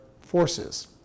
forces